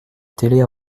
télé